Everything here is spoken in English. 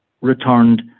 returned